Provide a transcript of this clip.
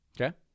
Okay